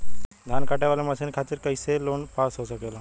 धान कांटेवाली मशीन के खातीर कैसे लोन पास हो सकेला?